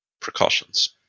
precautions